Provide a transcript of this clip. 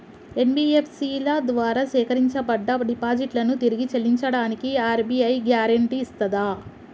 NBFC ల ద్వారా సేకరించబడ్డ డిపాజిట్లను తిరిగి చెల్లించడానికి ఆర్.బి.ఐ గ్యారెంటీ ఇస్తదా?